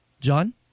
John